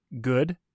good